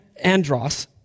andros